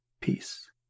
peace